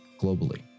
globally